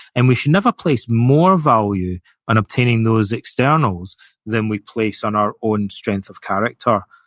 and we should never place more value on obtaining those externals than we place on our own strength of character,